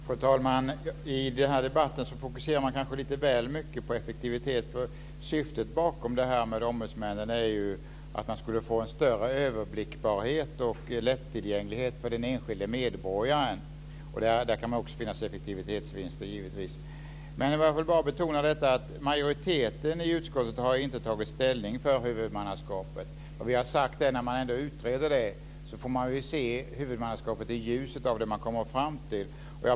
Fru talman! I den här debatten fokuseras det kanske lite väl mycket på effektiviteten. Syftet bakom detta med ombudsmännen är ju att få en större överblickbarhet och lättillgänglighet för den enskilde medborgaren - också där kan det givetvis vara fråga om effektivitetsvinster. Jag vill betona att majoriteten i utskottet inte har tagit ställning vad gäller huvudmannaskapet. Vi har sagt att när man ändå utreder det får huvudmannaskapet ses i ljuset av vad man kommer fram till.